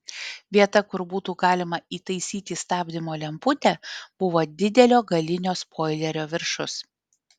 vieta kur būtų galima įtaisyti stabdymo lemputę buvo didelio galinio spoilerio viršus